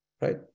Right